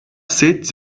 sit